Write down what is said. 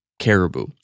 caribou